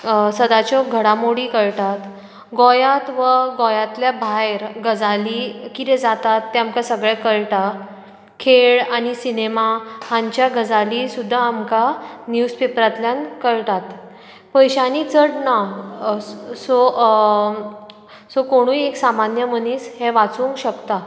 सदांच्यो घडामोडी कळटात गोंयात वा गोंयातल्या भायर गजाली कितें जातात ते आमकां सगळें कळटा खेळ आनी सिनेमा हांच्या गजाली सुदा आमकां न्युज पेपरांतल्यान कळटात पयशांनी चड ना सो सो कोणुय एक सामान्य मनीस हे वाचूंक शकतां